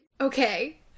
Okay